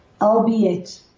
albeit